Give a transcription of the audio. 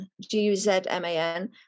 G-U-Z-M-A-N